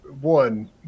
one